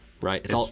Right